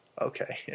Okay